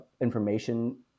information